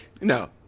no